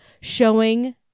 showing